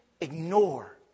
ignore